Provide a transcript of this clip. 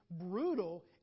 brutal